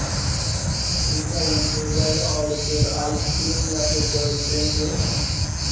ठीक है वह भी हो जाएगा और फिर आइसक्रीम या फिर कोई ड्रिंक व्रिंक